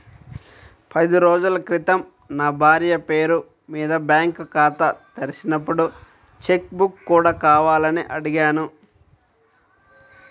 పది రోజుల క్రితం నా భార్య పేరు మీద బ్యాంకు ఖాతా తెరిచినప్పుడు చెక్ బుక్ కూడా కావాలని అడిగాను